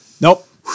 Nope